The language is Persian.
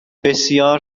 بسیار